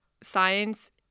science